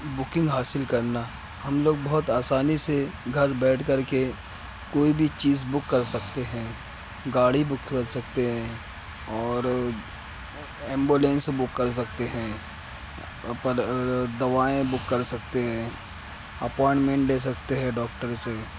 booking حاصل کرنا ہم لوگ بہت آسانی سے گھر بیٹھ کر کے کوئی بھی چیز بک کر سکتے ہیں گاڑی بک کر سکتے ہیں اور ایمبولینس بک کر سکتے ہیں پر دوائیں بک کر سکتے ہیں اپائنٹمینٹ لے سکتے ہیں ڈاکٹر سے